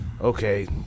Okay